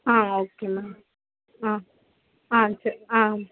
ஆ okay ma'am ஆ ஆ சரி ஆ